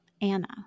Anna